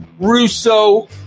russo